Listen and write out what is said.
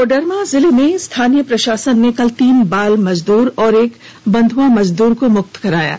कोडरमा जिले में स्थानीय प्रशासन ने कल तीन बाल मजदूर और एक बंधुआ मजदूर को मुक्त कराया है